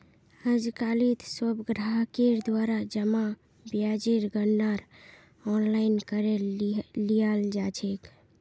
आजकालित सब ग्राहकेर द्वारा जमा ब्याजेर गणनार आनलाइन करे लियाल जा छेक